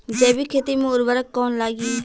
जैविक खेती मे उर्वरक कौन लागी?